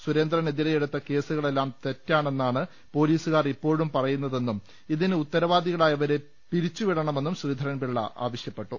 സുരേന്ദ്ര നെതിരെയെടുത്ത കേസുകളെല്ലാം തെറ്റാണെന്നാണ് പൊലീസുകാർ ഇപ്പോഴും പറയുന്നതെന്നും ഇതിന് ഉത്ത രവാദികളായവരെ പിരിച്ചുവിടണമെന്നും ശ്രീധരൻപിളള ആവശ്യപ്പെട്ടു